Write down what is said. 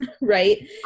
right